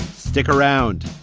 stick around